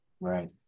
Right